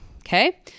Okay